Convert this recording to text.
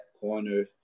corner